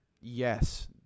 Yes